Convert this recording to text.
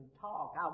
talk